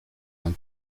han